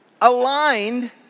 aligned